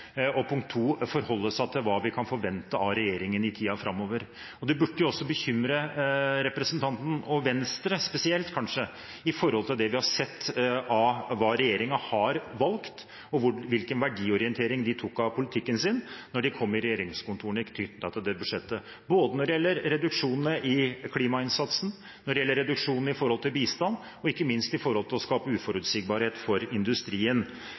og punkt to forholde seg til hva vi kan forvente av regjeringen i tiden framover. Det burde også bekymre representanten og kanskje spesielt Venstre i forhold til det vi har sett av hva regjeringen har valgt, og hvilken verdiorientering de tok i politikken sin da de kom i regjeringskontorene, både når det gjelder reduksjonene i klimainnsatsen, bistand, og ikke minst når det gjelder å skape uforutsigbarhet for industrien. Så vi må velge å forholde oss til regjeringen når vi skal vurdere de neste fire årene, og ikke til